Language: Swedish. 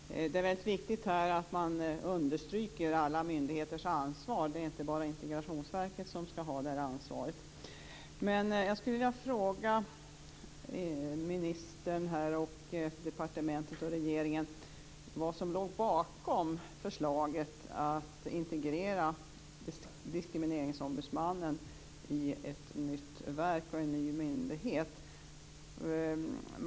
Fru talman! Det är väldigt viktigt att här understryka alla myndigheters ansvar. Det är inte bara Integrationsverket som skall ha det här ansvaret. Diskrimineringsombudsmannen i ett nytt verk och en ny myndighet.